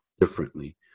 differently